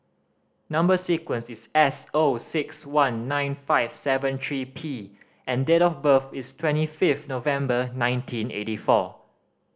number sequence is S O six one nine five seven three P and date of birth is twenty fifth November nineteen eighty four